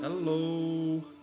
Hello